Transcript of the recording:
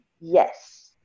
yes